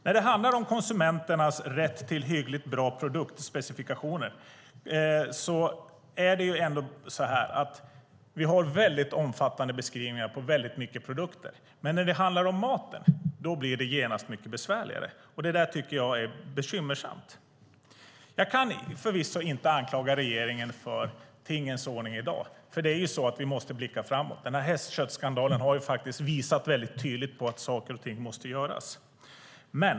När det handlar om konsumenternas rätt till hyggligt bra produktspecifikationer har vi väldigt omfattande beskrivningar på väldigt många produkter. Men när det handlar om maten blir det genast mycket besvärligare. Det är bekymmersamt. Jag kan förvisso inte anklaga regeringen för tingens ordning i dag. Vi måste blicka framåt. Hästköttsskandalen har visat väldigt tydligt att saker och ting måste göras.